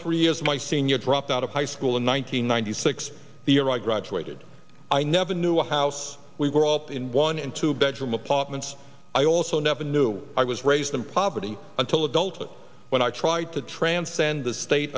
three years my senior dropped out of high school in one nine hundred ninety six the year i graduated i never knew what house we were up in one and two bedroom apartment i also never knew i was raised in poverty until adulthood when i tried to transcend the state